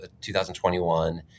2021